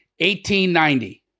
1890